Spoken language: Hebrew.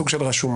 סוג של רשומון.